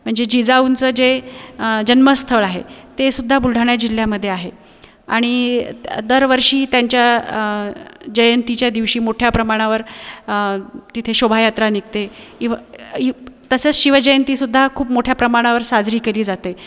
म्हणजे जिजाऊंचे जे जन्मस्थळ आहे ते सुद्धा बुलढाणा जिल्ह्यामध्ये आहे आणि दरवर्षी त्यांच्या जयंतीच्या दिवशी मोठ्या प्रमाणावर तिथे शोभायात्रा निघते एव्ह एव्ह तसंच शिवजयंती सुद्धा खूप मोठ्या प्रमाणावर साजरी केली जाते